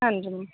ಹಾನ್ ರೀ ಮ್ಯಾಮ್